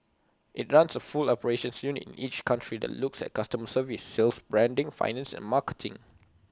IT runs A full operations unit in each country that looks at customer service sales branding finance and marketing